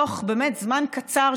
תוך באמת זמן קצר,